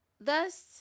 Thus